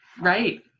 Right